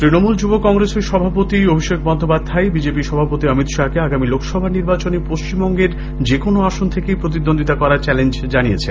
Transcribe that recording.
তূণমূল যুব কংগ্রসের সভাপতি অভিষেক বন্দ্যোপাধ্যায় বিজেপি সভাপতি অমিত শাহকে আগামী লোকসভা নির্বাচনে পশ্চিমবঙ্গের যেকোন আসন থেকেই প্রতিদ্বন্দ্বিতা করার চ্যালেঞ্জ আনিয়েছেন